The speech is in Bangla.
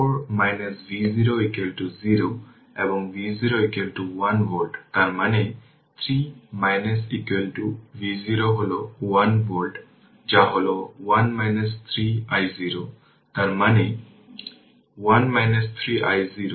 এই অধ্যায়গুলি অধ্যয়ন করার পরে প্রস্তুত হবে প্রাথমিক সার্কিট বিশ্লেষণ কৌশল প্রসারিত করার জন্য যা পূর্ববর্তী অধ্যায়ে শিখেছি সবগুলি ইন্ডাকট্যান্স এবং ক্যাপাসিট্যান্স সহ সার্কিটগুলিতে